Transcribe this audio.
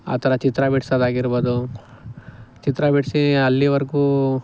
ಆ ಥರ ಚಿತ್ರ ಬಿಡಿಸೋದಾಗಿರ್ಬೋದು ಚಿತ್ರ ಬಿಡಿಸಿ ಅಲ್ಲಿವರೆಗೂ